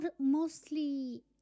mostly